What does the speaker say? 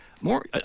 more